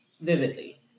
vividly